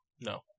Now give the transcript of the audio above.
No